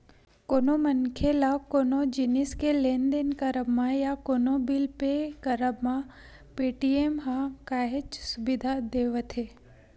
कोनो मनखे ल कोनो जिनिस के लेन देन करब म या कोनो बिल पे करब म पेटीएम ह काहेच सुबिधा देवथे